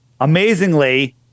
amazingly